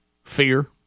Fear